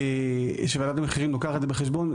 שוועדת המחירים לוקחת בחשבון.